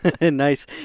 Nice